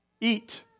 Eat